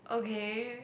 okay